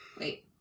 Wait